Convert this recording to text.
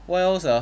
what else ah